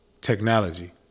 Technology